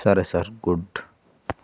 సరే sir good